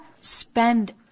spend